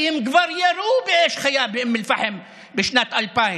כי הם כבר ירו באש חיה באום אל-פחם בשנת 2000,